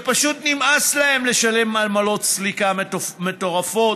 שפשוט נמאס להם לשלם עמלות סליקה מטורפות